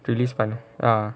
release பண்ண:panna ya